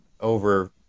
over